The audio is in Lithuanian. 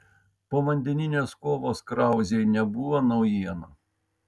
povandeninės kovos krauzei nebuvo naujiena